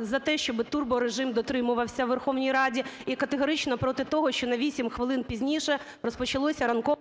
за те, щоб турборежим дотримувався у Верховній Раді і категорично проти того, що на 8 хвилин пізніше розпочалося ранкове…